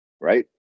right